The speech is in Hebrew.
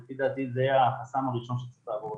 לפי דעתי זה החסם הראשון לדעתי